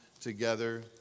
together